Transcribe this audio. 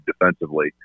defensively